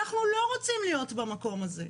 אנחנו לא רוצים להיות במקום הזה.